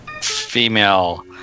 Female